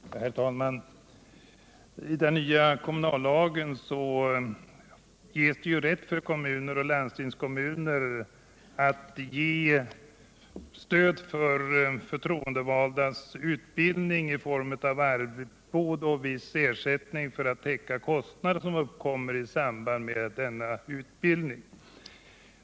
Herr talman! Genom den nya kommunallagen har kommuner och landstingskommuner rätt att ge stöd för förtroendevaldas utbildning i form av arvode och viss ersättning för att täcka kostnader som uppkommer i samband med denna utbildning.